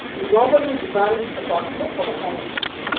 you normally and design a processor for the common case